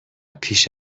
پیش